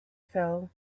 fell